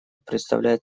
представляет